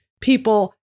people